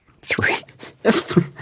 Three